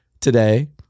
today